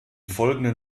folgenden